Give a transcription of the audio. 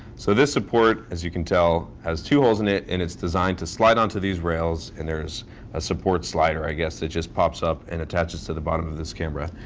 so this support, as you can tell, has two holes in it, and it's designed to slide onto these rails. and there's a support slider, i guess, that just pops up and attaches to the bottom of this camera.